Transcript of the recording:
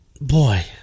Boy